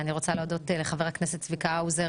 אני רוצה להודות לחבר הכנסת צביקה האוזר